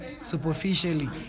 superficially